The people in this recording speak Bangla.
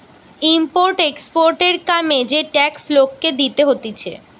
ইম্পোর্ট এক্সপোর্টার কামে যে ট্যাক্স লোককে দিতে হতিছে